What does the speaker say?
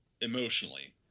emotionally